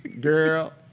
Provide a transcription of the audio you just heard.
Girl